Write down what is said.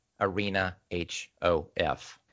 arenahof